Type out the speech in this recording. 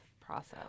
process